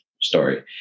story